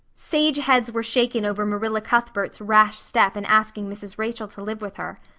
sage heads were shaken over marilla cuthbert's rash step in asking mrs. rachel to live with her.